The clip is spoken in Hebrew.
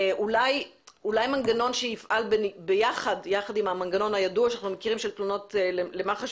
אולי מנגנון שיפעל יחד עם המנגנון הידוע שאנחנו מכירים של תלונות למח"ש,